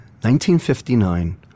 1959